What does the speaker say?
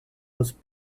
was